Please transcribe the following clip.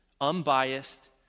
Unbiased